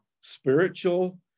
spiritual